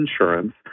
insurance